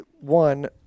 One